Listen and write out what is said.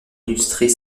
illustrer